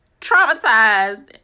traumatized